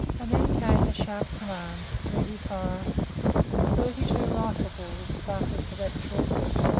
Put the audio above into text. and then came the sharp command, ready, fire and thirty-two rifle-balls started for that chalk-mark.